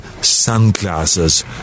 sunglasses